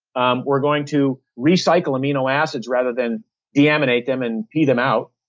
um we're going to recycle amino acids rather than deaminate them and pee them out.